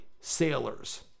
sailors